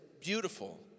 beautiful